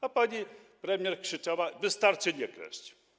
A pani premier krzyczała, że wystarczy nie kraść.